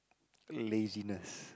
laziness